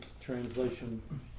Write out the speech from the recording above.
translation